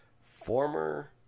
former